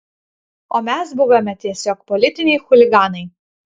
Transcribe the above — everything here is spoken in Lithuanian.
o mes buvome tiesiog politiniai chuliganai